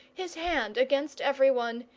his hand against everyone,